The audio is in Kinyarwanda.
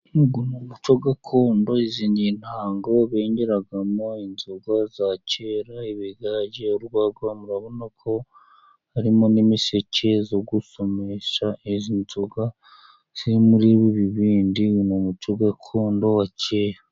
Uyu ni umuco gakondo izi ni intango bengeragamo inzoga za kera ibigage, urwagwa ,murabona ko harimo n'imiseke yo gusomesha izi nzoga ziri muri ibi bibindi ni umuco gakondo wa kera.